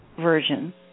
version